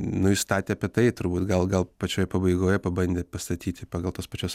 nu jis statė apie tai turbūt gal gal pačioj pabaigoje pabandė pastatyti pagal tos pačios